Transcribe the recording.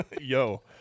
Yo